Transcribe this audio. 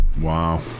Wow